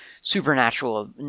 supernatural